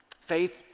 Faith